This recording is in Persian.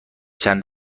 چند